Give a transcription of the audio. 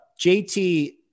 JT